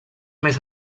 més